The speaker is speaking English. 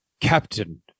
Captain